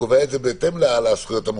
קובע את זה בהתאם לזכויות המוקנות.